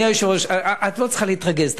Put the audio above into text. את לא צריכה להתרגז,